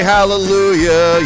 Hallelujah